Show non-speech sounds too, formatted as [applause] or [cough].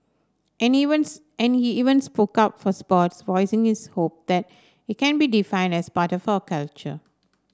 and events and he events [unintelligible] up for sports voicing his hope that it can be defined as part of our culture